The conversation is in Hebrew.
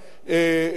רמות-אשכול,